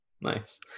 Nice